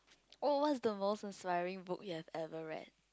oh what is the most inspiring book you have ever read